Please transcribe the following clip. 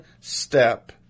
step